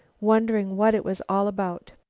wondering what it was all about.